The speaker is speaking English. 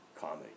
comedy